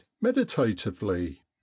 meditatively